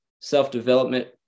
self-development